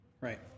Right